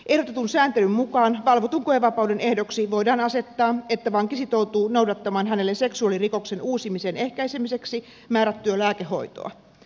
ehdotetun sääntelyn mukaan valvotun koevapauden ehdoksi voidaan asettaa että vanki sitoutuu noudattamaan hänelle seksuaalirikoksen uusimisen ehkäisemiseksi määrättyä lääkehoitoa